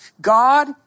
God